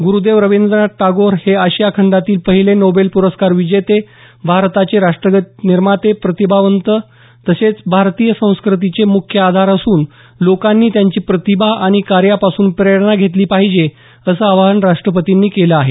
गुरुदेव रविंद्रनाथ टागोर हे आशिया खंडातील पहिले नोबेल पुरस्कार विजेते भारताचे राष्ट्रगीत निर्माते प्रतिभावंत तसेच भारतीय संस्कृतीचे मुख्य आधार असून लोकांनी त्यांची प्रतिभा आणि कार्यापासून प्रेरणा घेतली पाहीजे असं आवाहन राष्ट्रपतींनी केलं आहे